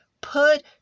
Put